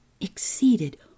exceeded